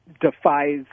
defies